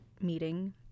meeting